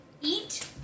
Eat